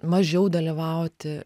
mažiau dalyvauti